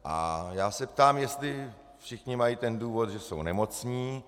A já se ptám, jestli všichni mají ten důvod, že jsou nemocní.